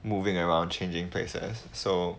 moving around changing places so